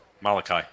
Malachi